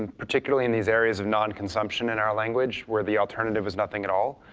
and particularly in these areas of non-consumption, in our language, where the alternative is nothing at all.